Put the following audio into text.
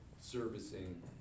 servicing